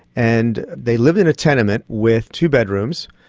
and they lived in a tenement with two bedrooms,